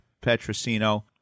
Petrosino